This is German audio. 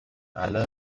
alle